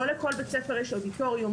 לא לכל בית ספר יש אודיטוריום,